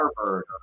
Harvard